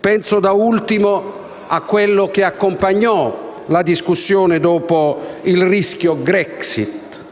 Penso da ultimo a quello che accompagnò la discussione dopo il rischio Grexit,